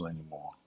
anymore